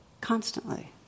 constantly